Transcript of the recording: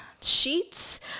sheets